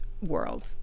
world